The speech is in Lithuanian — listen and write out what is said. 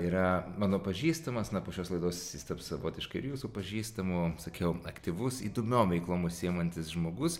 yra mano pažįstamas na šios laidos jis taps savotiškai ir jūsų pažįstamų sakiau aktyvus įdomiom veiklom užsiimantis žmogus